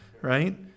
right